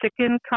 chicken